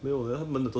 eh hello